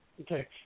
Okay